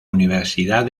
universidad